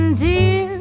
dear